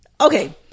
Okay